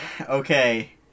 Okay